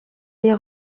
les